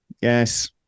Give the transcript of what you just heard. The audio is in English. yes